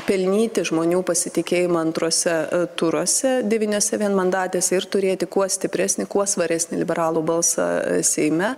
pelnyti žmonių pasitikėjimą antruose turuose devyniose vienmandatėse ir turėti kuo stipresnį kuo svaresnį liberalų balsą seime